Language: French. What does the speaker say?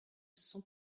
cent